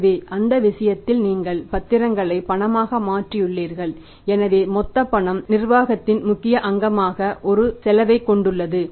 எனவே அந்த விஷயத்தில் நீங்கள் பத்திரங்களை பணமாக மாற்றியுள்ளீர்கள் எனவே மொத்த பண நிர்வாகத்தின் முக்கிய அங்கமாக இது ஒரு செலவைக் கொண்டுள்ளது